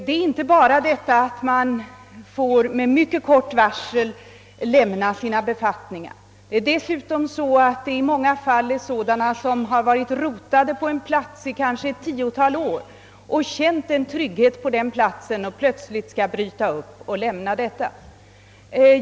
De får inte bara med mycket kort varsel lämna sina befattningar; det gäller dessutom i många fall människor som blivit rotade på en plats efter att ha varit anställda där kanske i ett tiotal år och känt trygghet på den platsen. Plötsligt skall de så bryta upp och lämna den.